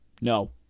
No